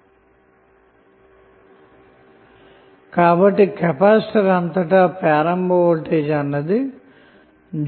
vlcsnap 2019 08 31 18h51m22s784 vlcsnap 2019 08 31 18h51m53s643 కాబట్టి capacitor అంతటా ప్రారంభ వోల్టేజ్ అన్నది